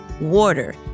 water